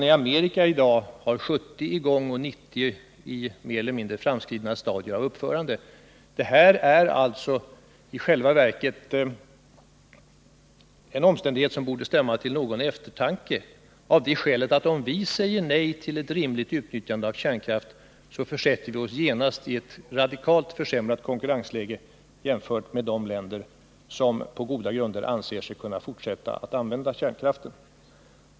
I Amerika är 70 kärnkraftverk i drift, och 90 befinner sig i mer eller mindre framskridna stadier av uppförande. Det är en omständighet som borde stämma till eftertanke. Om vi säger nej till ett rimligt utnyttjande av kärnkraft, försätter vi oss genast i ett radikalt försämrat konkurrensläge i förhållande till de länder som på goda grunder anser sig kunna fortsätta att använda kärnkraft.